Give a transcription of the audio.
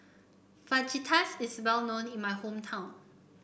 Fajitas is well known in my hometown